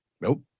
Nope